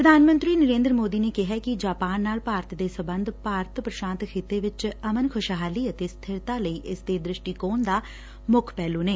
ਪ੍ਰਧਾਨ ਮੰਤਰੀ ਨਰੇਂਦਰ ਮੋਦੀ ਨੇ ਕਿਹੈ ਕਿ ਜਾਪਾਨ ਨਾਲ ਭਾਰਤ ਦੇ ਸਬੰਧ ਭਾਰਤ ਪ੍ਰਸਾਂਤ ਖਿਤੇ ਵਿਚ ਅਮਨ ਖੁਸ਼ਹਾਲੀ ਅਤੇ ਸਥਿਰਤਾ ਲਈ ਇਸ ਦੇ ਦ੍ਸਿਸਟੀਕੋਨ ਦਾ ਮੁੱਖ ਪਹਿਲੂ ਨੇ